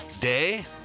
day